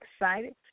excited